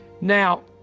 Now